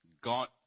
God